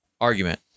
argument